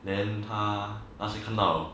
then 他他是看到我